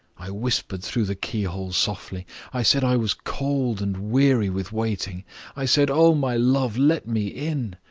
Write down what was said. i whispered through the keyhole softly i said i was cold and weary with waiting i said, oh, my love, let me in!